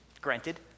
granted